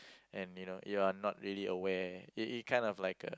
and you know you are not really aware it it kind of like